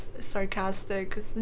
sarcastic